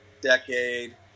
decade